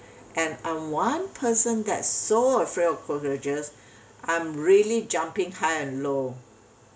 and I'm one person that's so afraid of cockroaches I'm really jumping high and low